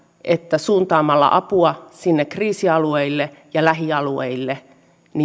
että suuntaamalla apua sinne kriisialueille ja lähialueille